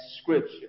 scripture